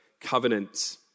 covenant